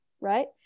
right